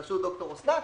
בראשות ד"ר אסנת.